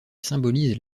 symbolise